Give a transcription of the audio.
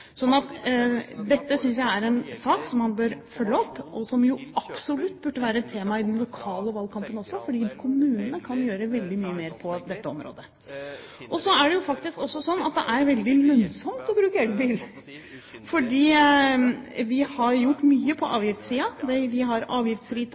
Dette synes jeg er en sak man bør følge opp, og som absolutt burde være et tema i den lokale valgkampen også, fordi kommunene kan gjøre veldig mye mer på dette området. Og så er det faktisk også sånn at det er veldig lønnsomt å bruke elbil, fordi vi har gjort mye på